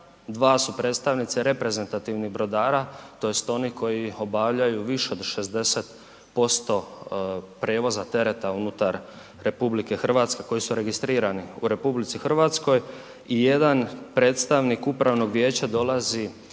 2 su predstavnice reprezentativnih brodara tj. onih koji obavljaju više od 60% prijevoza tereta unutar RH koji su registrirani u RH i 1 predstavnik upravnog vijeća dolazi